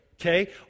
okay